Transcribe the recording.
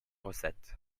recettes